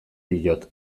diot